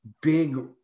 big